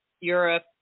Europe